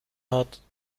hat